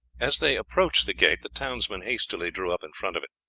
as they approached the gate the townsmen hastily drew up in front of it.